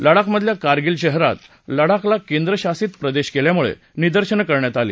लडाखमधल्या कारगिल शहरात लडाखला केंद्रशासित प्रदेश केल्यामुळे निर्दशनं करण्यात आली